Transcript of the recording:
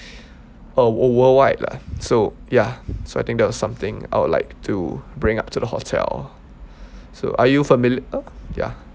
uh worldwide lah so ya so I think that was something I would like to bring up to the hotel so are you familiar ya